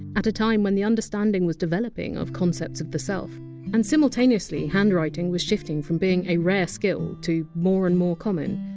at a time when the understanding was developing of concepts of the self and, simultaneously, handwriting was shifting from being a rare skill to being more and more common.